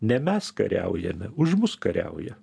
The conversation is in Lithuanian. ne mes kariaujame už mus kariauja